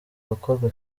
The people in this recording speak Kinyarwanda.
gukorwa